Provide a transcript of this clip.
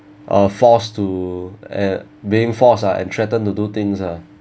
uh forced to uh being force ah and threatened to do things ah